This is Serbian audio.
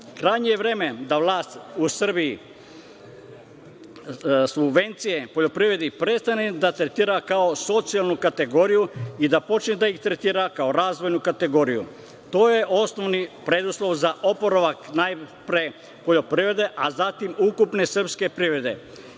Krajnje je vreme da vlast u Srbiji subvencije poljoprivredi i prestane da tretira kao socijalnu kategoriju i da počne da ih tretira kao razvojnu kategoriju. To je osnovni preduslov za oporavak najpre poljoprivrede, a zatim ukupne srpske privrede,